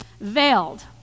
veiled